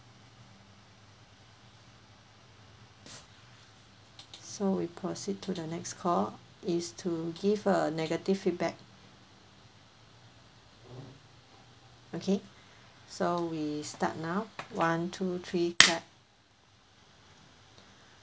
so we proceed to the next call is to give a negative feedback okay so we start now one two three clap